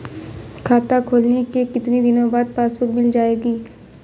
खाता खोलने के कितनी दिनो बाद पासबुक मिल जाएगी?